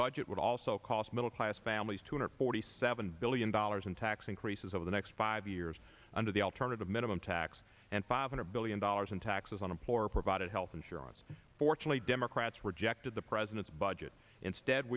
budget would also cost middle class families two hundred forty seven billion dollars in tax increases over the next five years under the alternative minimum tax and five hundred billion dollars in taxes on the poor provided health insurance fortunately democrats rejected the president's budget instead